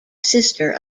sister